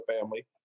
family